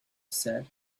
said